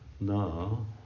now